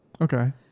Okay